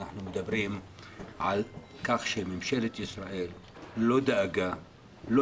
אנחנו מדברים על כך שממשלת ישראל לא דאגה לא